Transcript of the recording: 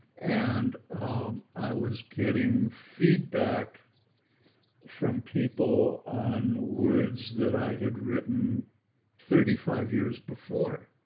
and i was getting feedback from people on words that i had written thirty five years before.